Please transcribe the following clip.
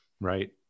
Right